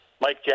Mike